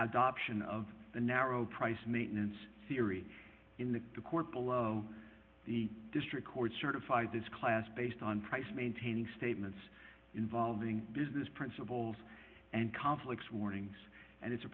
adoption of the narrow price maintenance theory in the court below the district court certified this class based on price maintaining statements involving business principles and conflicts warnings and it's a